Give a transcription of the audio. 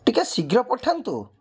ଟିକେ ଶୀଘ୍ର ପଠାନ୍ତୁ